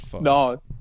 No